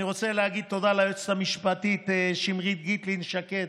אני רוצה להגיד תודה ליועצת המשפטית שמרית גיטלין שקד